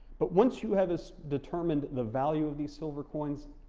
but once you have this determined the value of these silver coins,